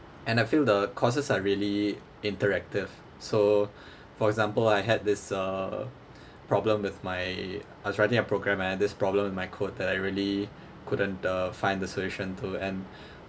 and I feel the courses are really interactive so for example I had this uh problem with my I was writing a program and I had this problem with my code that I really couldn't uh find the solution to and